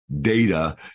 Data